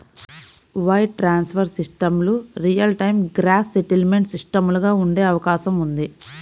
wire transfer సిస్టమ్లు real time gross settlement సిస్టమ్లుగా ఉండే అవకాశం ఉంది